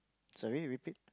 sorry repeat